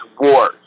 wars